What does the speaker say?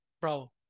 bro